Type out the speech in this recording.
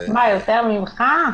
מה, יותר ממך?